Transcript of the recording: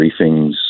briefings